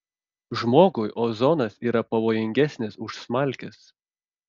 žmogui ozonas yra pavojingesnis už smalkes